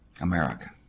America